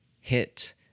hit